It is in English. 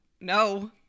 no